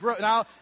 now